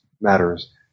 matters